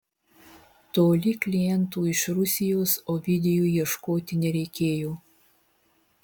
toli klientų iš rusijos ovidijui ieškoti nereikėjo